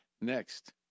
Next